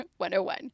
101